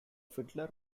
fiddler